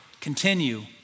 continue